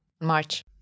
March